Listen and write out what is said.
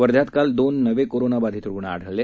वध्यात काल दोन नवे कोरोनाबाधित रूग्ण आढळले